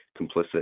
complicit